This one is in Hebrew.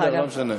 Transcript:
בסדר, לא משנה.